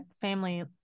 family